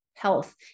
health